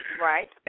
Right